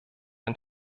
ein